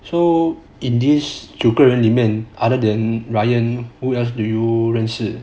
so in this 几个人里面 other than ryan who else do you know 认识